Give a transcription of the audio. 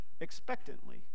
expectantly